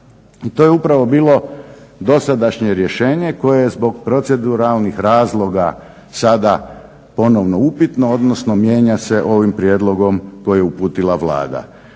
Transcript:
I to je upravo bilo dosadašnje rješenje koje zbog proceduralnih razloga sada ponovno upitno, odnosno mijenja se ovim prijedlogom koji je uputila Vlada.